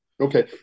Okay